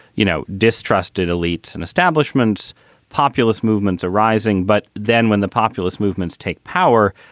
you know, distrusted elites and establishment's populist movements arising. but then when the populist movements take power,